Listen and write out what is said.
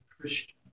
Christian